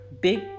big